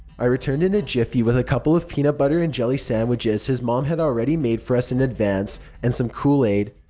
i returned in a jiffy with a couple of peanut butter and jelly sandwiches his mom had already made for us in advance and some kool-aid.